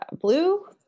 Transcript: Blue